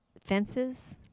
fences